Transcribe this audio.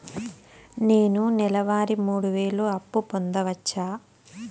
నేను నెల వారి మూడు వేలు అప్పు పొందవచ్చా?